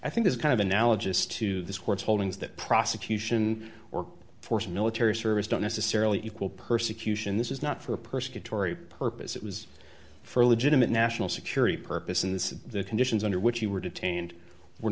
i think it's kind of analogous to this court's holdings that prosecution or forced military service don't necessarily equal persecution this is not for a person tory purpose it was for a legitimate national security purpose and this is the conditions under which you were detained were